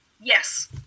Yes